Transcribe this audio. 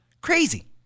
Crazy